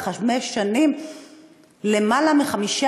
בחמש שנים למעלה מ-15